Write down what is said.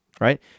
right